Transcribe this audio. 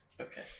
Okay